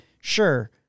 sure